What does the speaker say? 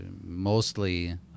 mostly